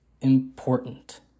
important